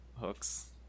hooks